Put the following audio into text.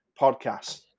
podcast